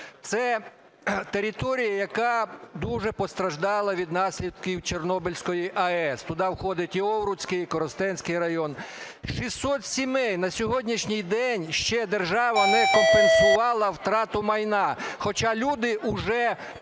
це територія, яка дуже постраждала від наслідків Чорнобильської АЕС. Туди входить і Овруцький, і Коростенський райони. 600 сімей на сьогоднішній день ще держава не компенсувала втрату майна, хоча люди вже